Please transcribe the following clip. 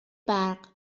برق